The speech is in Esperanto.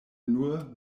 nur